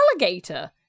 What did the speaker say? alligator